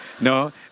No